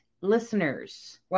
listeners